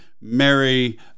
Mary